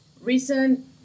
recent